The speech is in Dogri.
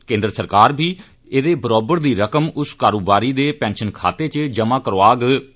केन्द्र सरकार बी एह्दे बरोबर दी रकम उस कारोबारी दे पैंषन खाते च जमा करोआ करोग